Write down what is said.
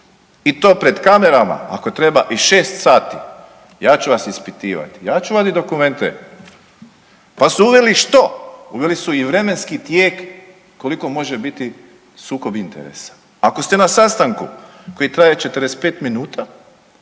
i to pred kamerama ako treba i šest sati ja ću vas ispitivat, ja ću vodit dokumente. Pa su uveli što? Uveli su i vremenski tijek koliko može biti sukob interesa. Ako ste na sastanku koji traje 45 minuta